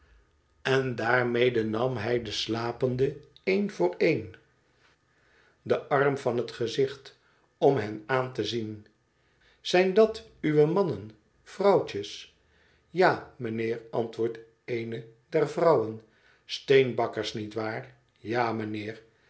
en daarmede nam hij den slapenden een voor een den arm van het gezicht om hen aan te zien zijn dat uwe mannen vrouwtjes ja mijnheer antwoordt eene der vrouwen steenbakkers niet waar ja mijnheer